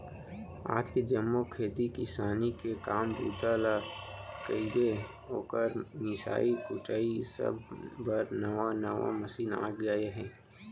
आज के जम्मो खेती किसानी के काम बूता ल कइबे, ओकर मिंसाई कुटई सब बर नावा नावा मसीन आ गए हे